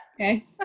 Okay